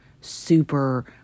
super